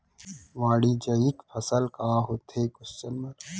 वाणिज्यिक फसल का होथे?